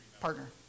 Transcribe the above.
Partner